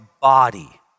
body